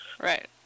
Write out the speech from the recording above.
Right